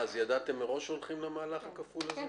ידעתם מראש שהולכים למהלך הכפול הזה?